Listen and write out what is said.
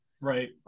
Right